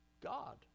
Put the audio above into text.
God